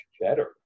better